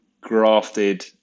grafted